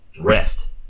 rest